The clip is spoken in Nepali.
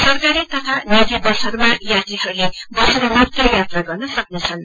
सरकारी तथा निजी बसहरूमा यात्रीहरूले बसेर मात्रै यात्रा गर्न सक्नेछन्